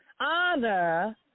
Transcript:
Honor